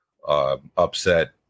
Upset